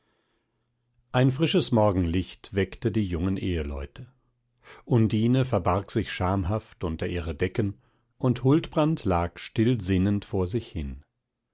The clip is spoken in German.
ein frisches morgenlicht weckte die jungen eheleute undine verbarg sich schamhaft unter ihre decken und huldbrand lag still sinnend vor sich hin